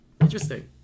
Interesting